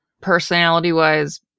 personality-wise